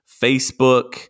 Facebook